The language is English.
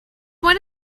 what